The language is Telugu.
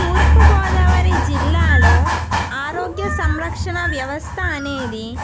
తూర్పు గోదావరి జిల్లాలో ఆరోగ్య సంరక్షణ వ్యవస్థ అనేది